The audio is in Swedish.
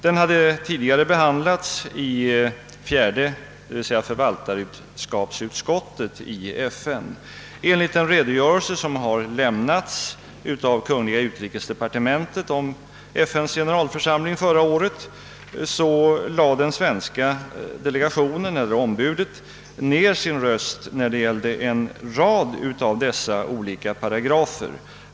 Den hade tidigare behandlats i FN:s förvaltarskapsutskott. Enligt en redogörelse som har lämnats av kungl. utrikesdepartementet om FN:s generalförsamling förra året lade det svenska ombudet ner sin röst i fråga om en rad av dessa olika paragrafer.